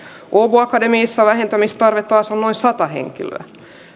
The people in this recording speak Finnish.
åbo akademissa vähentämistarve taas on noin sata henkilöä